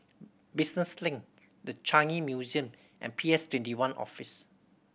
Business Link The Changi Museum and P S Twenty one Office